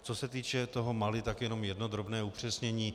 Co se týče toho Mali, tak jenom jedno drobné upřesnění.